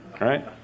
right